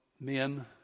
men